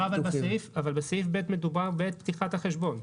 אבל בסעיף (ב) מדובר בעת פתיחת החשבון.